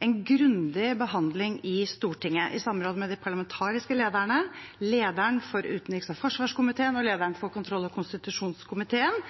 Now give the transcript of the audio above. en grundig behandling i Stortinget. I samråd med de parlamentariske lederne, lederen for utenriks- og forsvarskomiteen og lederen for kontroll- og konstitusjonskomiteen